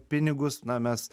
pinigus na mes